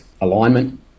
alignment